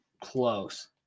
Close